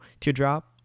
teardrop